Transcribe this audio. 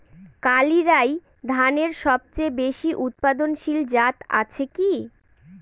কালিরাই ধানের সবচেয়ে বেশি উৎপাদনশীল জাত আছে কি?